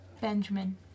Benjamin